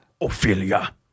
Ophelia